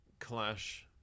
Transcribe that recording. clash